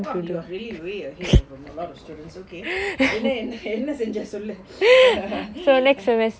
!wah! you are already way ahead of a lot of students okay என்ன என்ன என்ன செஞ்ச சொல்லு:enna enna enna senjae sollu